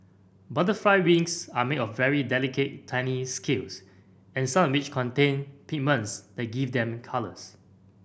butterfly wings are made of very delicate tiny scales and some of which contain pigments that give them colours